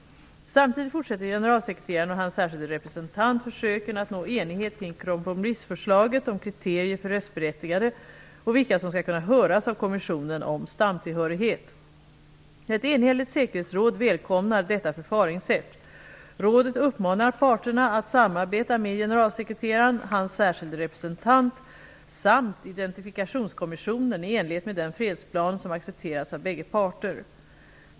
Samtidigt fortsätter generalsekreteraren och hans särskilde representant försöken att nå enighet kring kompromissförslaget om kriterier för röstberättigade och vilka som skall kunna höras av kommissionen om stamtillhörighet. Ett enhälligt säkerhetsråd välkomnar detta förfaringssätt. Rådet uppmanar parterna att samarbeta med generalsekreteraren, hans särskilde representant samt identifikationskommissionen i enlighet med den fredsplan som accepterats av bägge parter.